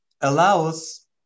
allows